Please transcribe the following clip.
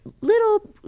little